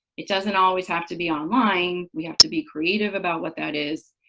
it doesn't always have to be online. we have to be creative about what that is.